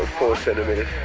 four centimeters.